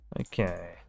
Okay